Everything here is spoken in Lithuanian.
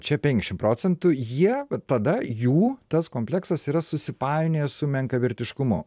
čia penkiasdešimt procentų jie tada jų tas kompleksas yra susipainiojęs su menkavertiškumu